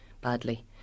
badly